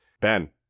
Ben